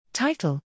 Title